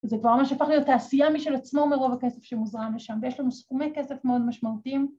‫וזה כבר ממש הפך להיות תעשייה ‫משל עצמו מרוב הכסף שמוזרם לשם, ‫ויש לנו סכומי כסף מאוד משמעותיים.